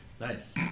Nice